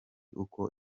uko